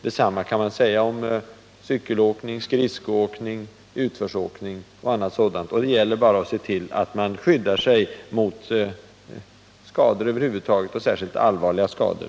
Detsamma kan man säga om cykelåkning, skridskoåkning, utförsåkning osv. Det gäller alltså att få utövarna att skydda sig så bra som möjligt mot skador i allmänhet och särskilt mot allvarliga skador.